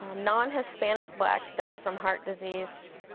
um non-hispanic blacks die from heart disease,